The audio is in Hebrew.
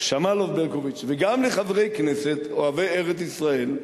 שמאלוב-ברקוביץ, וגם לחברי כנסת אוהבי ארץ-ישראל,